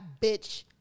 bitch